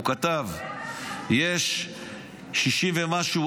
הוא כתב יש 60,000 ומשהו